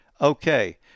Okay